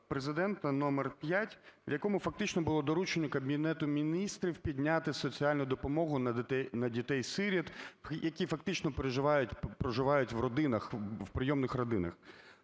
Президента № 5, в якому фактично було доручення Кабінету Міністрів підняти соціальну допомогу на дітей-сиріт, які фактично проживають у родинах, у прийомних родинах.